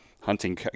hunting